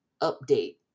update